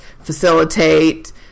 facilitate